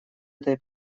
этой